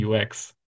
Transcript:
UX